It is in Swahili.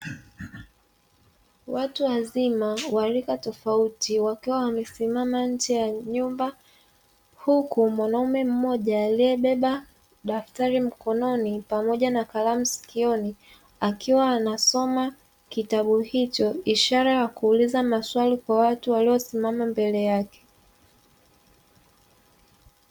Watu wazima wa rika tofauti wakiwa wamesimama nje ya nyumba, huku mwanaume mmoja aliyebeba daftari mkononi pamoja na kalamu sikioni, akiwa anasoma kitabu hicho; ishara ya kuuliza maswali kwa watu waliosimama mbele yake.